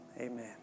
amen